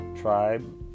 tribe